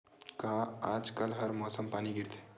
का आज कल हर मौसम पानी गिरथे?